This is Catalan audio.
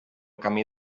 camí